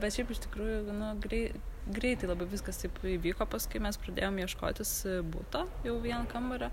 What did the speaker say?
bet šiaip iš tikrųjų gana greit greitai labai viskas taip įvyko paskui mes pradėjom ieškotis buto jau vieno kambario